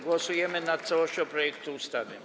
Głosujemy nad całością projektu ustawy.